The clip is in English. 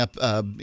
up